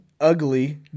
ugly